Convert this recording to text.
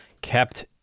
kept